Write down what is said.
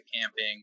camping